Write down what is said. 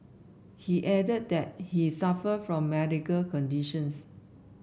he added that he suffer from medical conditions